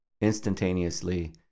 instantaneously